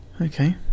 Okay